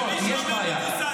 יש בעיה,